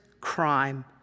crime